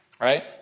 Right